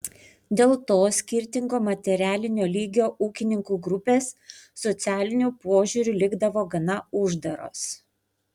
dėl to skirtingo materialinio lygio ūkininkų grupės socialiniu požiūriu likdavo gana uždaros